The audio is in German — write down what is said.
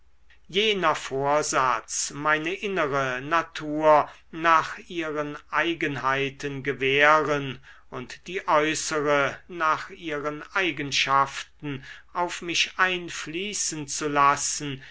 jener vorsatz meine innere natur nach ihren eigenheiten gewähren und die äußere nach ihren eigenschaften auf mich einfließen zu lassen